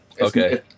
okay